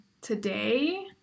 today